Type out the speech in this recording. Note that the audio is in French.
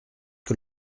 que